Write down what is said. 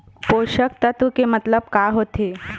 पोषक तत्व के मतलब का होथे?